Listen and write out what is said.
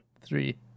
Three